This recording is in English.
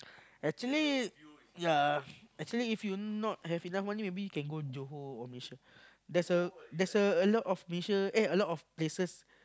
actually yea actually if you not have enough money maybe can go Johor or Malaysia there's a there's a lot of Malaysia eh a lot of places